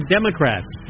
Democrats